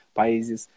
países